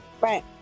right